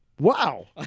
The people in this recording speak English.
Wow